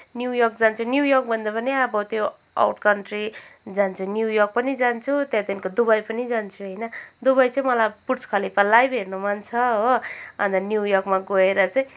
new York जान्छुँ New York भन्दा पनि अब त्यो आउट कन्ट्री जान्छुँ न्यू योर्क पनि जान्छुँ त्यहाँदेखिको दुबई पनि जान्छुँ होइन दुबई चाहिँ मलाई बुर्ज खलिफा लाइभ हेर्न मन छ हो अनि त न्यू यर्कमा गएर चाहिँ